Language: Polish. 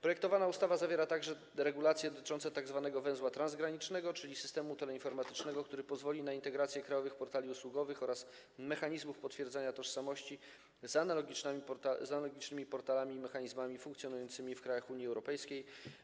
Projektowana ustawa zawiera także regulacje dotyczące tzw. węzła transgranicznego, czyli systemu teleinformatycznego, który pozwoli na integrację krajowych portali usługowych oraz mechanizmów potwierdzania tożsamości z analogicznymi portalami i mechanizmami funkcjonującymi w krajach Unii Europejskiej.